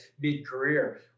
mid-career